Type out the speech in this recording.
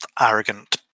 arrogant